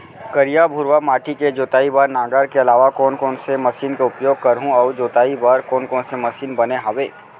करिया, भुरवा माटी के जोताई बर नांगर के अलावा कोन कोन से मशीन के उपयोग करहुं अऊ जोताई बर कोन कोन से मशीन बने हावे?